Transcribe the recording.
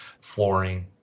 flooring